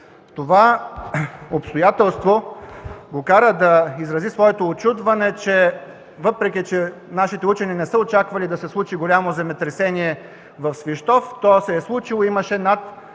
Това обстоятелство го кара да изрази своето учудване – въпреки че нашите учени не са очаквали да се случи голямо земетресение в Свищов, то се е случило. Имаше над